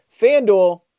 FanDuel